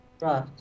Right